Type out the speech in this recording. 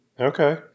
Okay